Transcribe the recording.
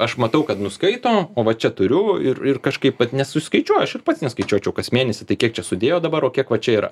aš matau kad nuskaito o va čia turiu ir ir kažkaip vat nesuskaičiuoja aš ir pats neskaičiuočiau kas mėnesį tai kiek čia sudėjo dabar o kiek va čia yra